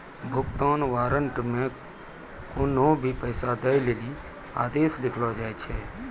भुगतान वारन्ट मे कोन्हो भी पैसा दै लेली आदेश लिखलो जाय छै